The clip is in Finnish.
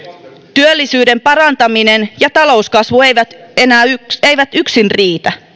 työllisyyden parantaminen ja talouskasvu eivät yksin riitä